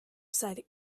said